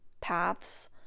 paths